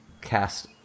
cast